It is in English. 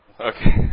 Okay